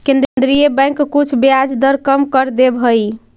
केन्द्रीय बैंक कुछ ब्याज दर कम कर देवऽ हइ